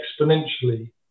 exponentially